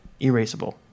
erasable